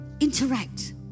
interact